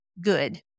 good